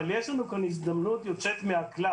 אבל יש לנו כאן הזדמנות יוצאת מהכלל